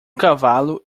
cavalo